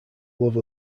love